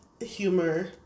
humor